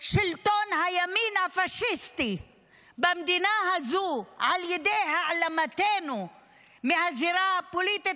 שלטון הימין הפשיסטי במדינה הזו על ידי העלמתנו מהזירה הפוליטית,